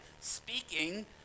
speaking